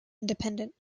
independent